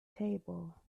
table